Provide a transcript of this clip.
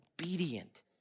obedient